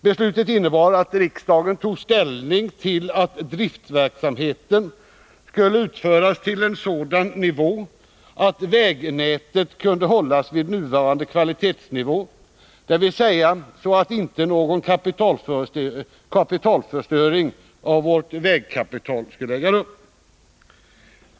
Beslutet innebar att riksdagen tog ställning till att driftverksamheten skulle drivas till en sådan nivå att vägnätet kunde hållas vid nuvarande kvalitetsnivå, dvs. så att någon kapitalförstöring av vårt vägkapital inte skulle äga rum.